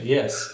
Yes